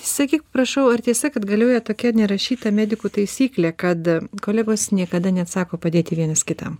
sakyk prašau ar tiesa kad galioja tokia nerašyta medikų taisyklė kad kolegos niekada neatsako padėti vienas kitam